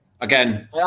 Again